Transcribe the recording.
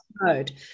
mode